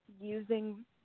using